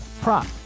prop